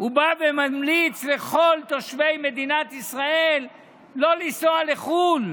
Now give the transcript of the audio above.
הוא בא וממליץ לכל תושבי מדינת ישראל לא לנסוע לחו"ל,